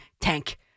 tank